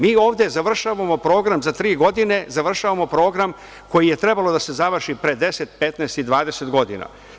Mi ovde završavamo program za tri godine, završavamo program koji je trebalo da se završi pre 10,15 i 20 godina.